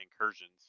Incursions